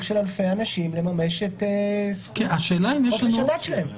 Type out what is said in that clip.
של אלפי אנשים לממש את חופש הדת שלהם.